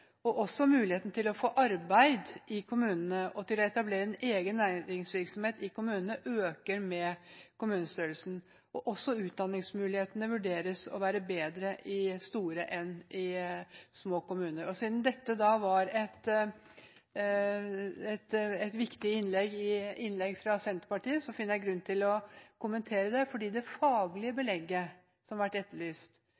og brannvesen får høyere score i de større enn i de mindre kommunene, muligheten til å få arbeid og etablere egen næringsvirksomhet øker med kommunestørrelsen, og også utdanningsmulighetene vurderes å være bedre i store enn i små kommuner. Siden dette var et viktig innlegg fra Senterpartiet, finner jeg grunn til å kommentere det, for det faglige